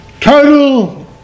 total